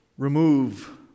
Remove